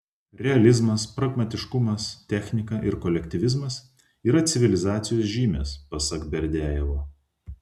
realizmas pragmatiškumas technika ir kolektyvizmas yra civilizacijos žymės pasak berdiajevo